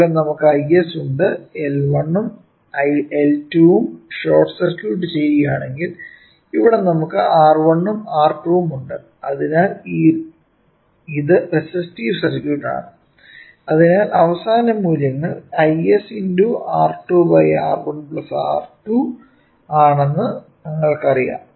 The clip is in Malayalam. ഇവിടെ നമുക്ക് Is ഉണ്ട് L1 ഉം L2 ഉം ഷോർട്ട് സർക്യൂട്ട് ചെയ്യുകയാണെങ്കിൽ ഇവിടെ നമുക്ക് R1 ഉം R2 ഉം ഉണ്ട് അതിനാൽ ഇത് റെസിസ്റ്റീവ് സർക്യൂട്ട് ആണ് അതിനാൽ അവസാന മൂല്യങ്ങൾ Is × R2 R1 R2 ആണെന്ന് ഞങ്ങൾക്കറിയാം